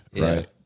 right